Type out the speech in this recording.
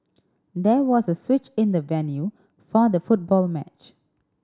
there was a switch in the venue for the football match